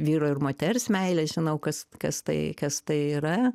vyro ir moters meilę žinau kas kas tai kas tai yra